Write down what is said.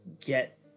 get